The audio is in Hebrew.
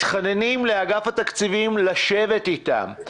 מתחננים לאגף התקציבים לשבת איתם.